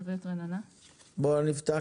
בואו נפתח